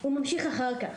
הוא ממשיך אחר-כך,